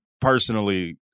personally